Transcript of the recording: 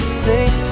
sing